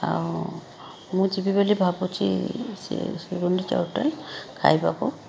ଆଉ ମୁଁ ଯିବି ବୋଲି ଭାବୁଛି ଶ୍ରୀ ଶ୍ରୀ ଗୁଣ୍ଡିଚା ହୋଟଲ୍ ଖାଇବାକୁ